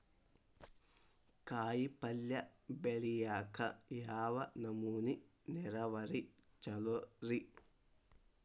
ಕಾಯಿಪಲ್ಯ ಬೆಳಿಯಾಕ ಯಾವ ನಮೂನಿ ನೇರಾವರಿ ಛಲೋ ರಿ?